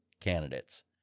candidates